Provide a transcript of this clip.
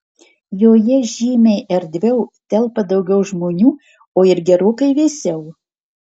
joje žymiai erdviau telpa daugiau žmonių o ir gerokai vėsiau